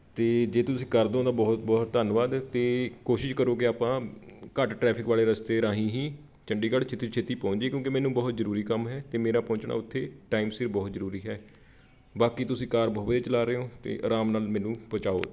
ਅਤੇ ਜੇ ਤੁਸੀਂ ਕਰ ਦਿਉ ਤਾਂ ਬਹੁਤ ਬਹੁਤ ਧੰਨਵਾਦ ਅਤੇ ਕੋਸ਼ਿਸ਼ ਕਰੋ ਕਿ ਆਪਾਂ ਘੱਟ ਟਰੈਫਿਕ ਵਾਲੇ ਰਸਤੇ ਰਾਹੀਂ ਹੀ ਚੰਡੀਗੜ੍ਹ ਛੇਤੀ ਤੋਂ ਛੇਤੀ ਪੁਹੰਚ ਜਾਈਏ ਕਿਉਂਕਿ ਮੈਨੂੰ ਬਹੁਤ ਜ਼ਰੂਰੀ ਕੰਮ ਹੈ ਅਤੇ ਮੇਰਾ ਪਹੁੰਚਣਾ ਉੱਥੇ ਟਾਈਮ ਸਿਰ ਬਹੁਤ ਜ਼ਰੂਰੀ ਹੈ ਬਾਕੀ ਤੁਸੀਂ ਕਾਰ ਬਹੁਤ ਵਧੀਆ ਚਲਾ ਰਹੇ ਹੋ ਅਤੇ ਆਰਾਮ ਨਾਲ ਮੈਨੂੰ ਪਹੁੰਚਾਓ ਉੱਥੇ